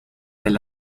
del